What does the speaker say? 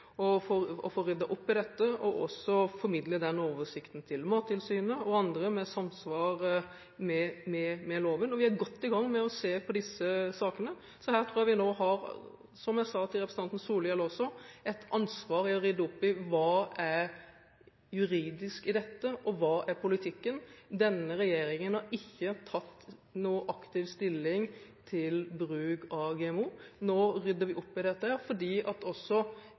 å få ryddet opp i dette, og også av å formidle den oversikten til Mattilsynet og andre, i samsvar med loven. Vi er godt i gang med å se på disse sakene. Så her tror jeg, som jeg også sa til representanten Solhjell, at vi nå har et ansvar for å rydde opp i hva som er det juridiske i dette, og hva som er politikken. Denne regjeringen har ikke tatt noen aktiv stilling til bruk av GMO. Nå rydder vi opp i dette,